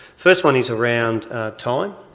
first one is around time.